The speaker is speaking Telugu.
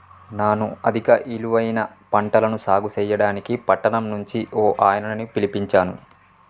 నాను అధిక ఇలువైన పంటలను సాగు సెయ్యడానికి పట్టణం నుంచి ఓ ఆయనని పిలిపించాను